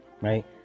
right